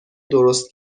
درست